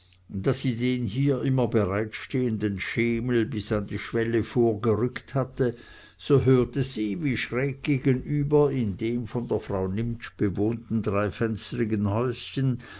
daß sie den hier immer bereitstehenden schemel bis an die schwelle vorgerückt hatte so hörte sie wie schräg gegenüber in dem von der frau nimptsch bewohnten dreifenstrigen häuschen